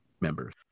members